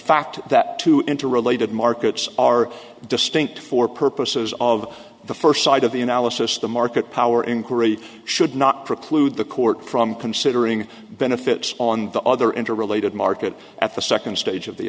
fact that two interrelated markets are distinct for purposes of the first side of the analysis the market power inquiry should not preclude the court from considering benefits on the other interrelated market at the second stage of the